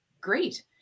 Great